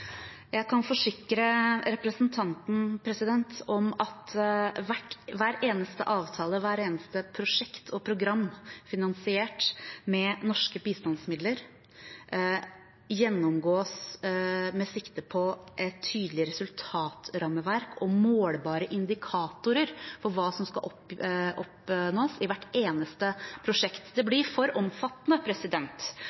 Jeg kan forsikre representanten om at hver eneste avtale, hvert eneste prosjekt og program finansiert med norske bistandsmidler gjennomgås med sikte på et tydelig resultatrammeverk og målbare indikatorer for hva som skal oppnås, i hvert eneste prosjekt. Det